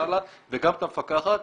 וגם את המפקחת,